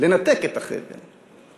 לנתק את החבל,